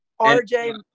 RJ